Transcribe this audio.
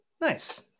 nice